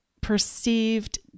perceived